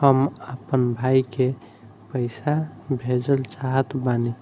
हम अपना भाई के पइसा भेजल चाहत बानी